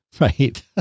right